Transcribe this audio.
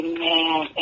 Amen